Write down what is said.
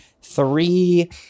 three